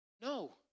No